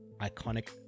iconic